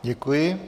Děkuji.